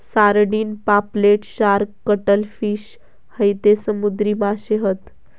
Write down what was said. sardine, पापलेट, shark, cuttlefish हयते समुद्री माशे हत